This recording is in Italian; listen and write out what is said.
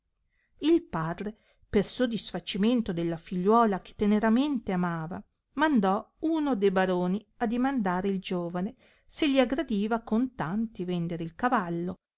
il padre per sodisfacimento della figliuola che teneramente amava mandò uno de baroni a dimandare il giovane se gli aggradiva a contanti vender il cavallo